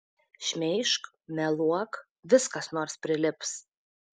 šmeižk meluok vis kas nors prilips